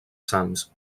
sants